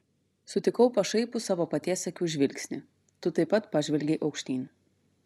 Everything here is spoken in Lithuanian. sutikau pašaipų savo paties akių žvilgsnį tu taip pat pažvelgei aukštyn